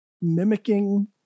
mimicking